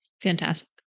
Fantastic